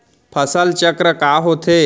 फसल चक्र का होथे?